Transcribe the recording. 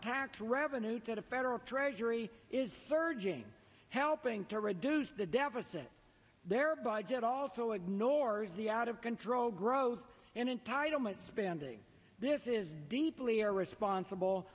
tax revenue to the federal treasury is surging helping to reduce the deficit their budget also ignores the out of control growth in entitlement spending this is deeply irresponsible